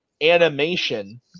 animation